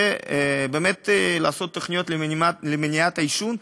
ובאמת לעשות תוכניות למניעת העישון.